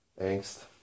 angst